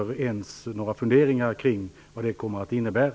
Jag har inte ens några funderingar kring vad detta kommer att innebära.